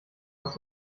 aus